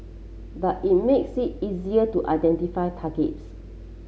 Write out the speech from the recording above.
but it makes it easier to identify targets